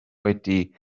wedi